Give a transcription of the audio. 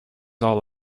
all